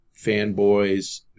fanboys